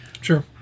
Sure